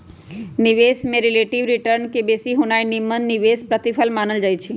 निवेश में relative return के बेशी होनाइ निम्मन निवेश प्रतिफल मानल जाइ छइ